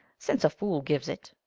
since a fool gives it.